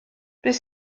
beth